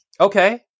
Okay